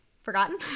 forgotten